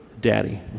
daddy